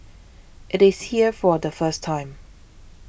it is here for the first time